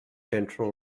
central